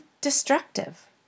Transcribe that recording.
destructive